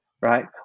right